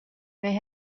they